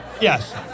Yes